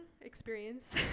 experience